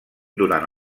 durant